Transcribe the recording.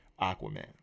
Aquaman